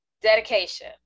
dedication